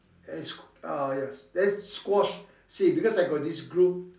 and sq~ ah yes then squash see because I got this group